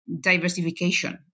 diversification